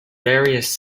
various